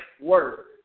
work